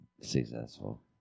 successful